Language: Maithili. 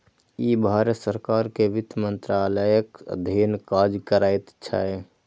ई भारत सरकार के वित्त मंत्रालयक अधीन काज करैत छै